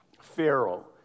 Pharaoh